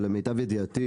אבל למיטב ידיעתי,